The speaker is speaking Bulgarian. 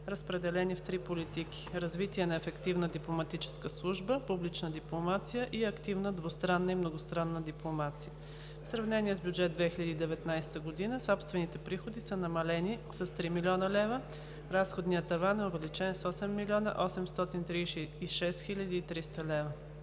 разпределени в три политики – „Развитие на ефективна дипломатическа служба“, „Публична дипломация“ и „Активна двустранна и многостранна дипломация“. В сравнение с бюджет 2019 г. собствените приходи са намалени с 3 млн. лв., разходният таван е увеличен с 8 млн. 836 хил. 300 лв.